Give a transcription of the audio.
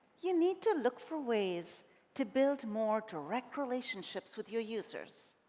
you need to look for ways to build more direct relationships with your users.